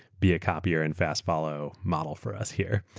be a copier and fast-follow model for us here.